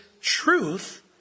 truth